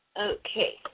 Okay